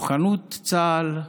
מוכנות צה"ל,